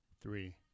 Three